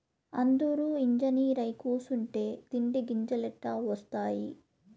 అందురూ ఇంజనీరై కూసుంటే తిండి గింజలెట్టా ఒస్తాయి